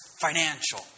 financial